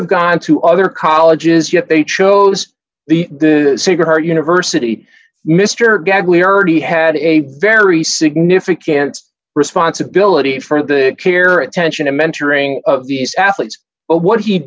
have gone to other colleges yet they chose the secret our university mr gagliardi had a very significant responsibility for the care attention and mentoring of these athletes but what he